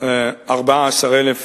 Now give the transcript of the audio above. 14,000